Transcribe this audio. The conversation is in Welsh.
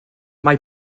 mae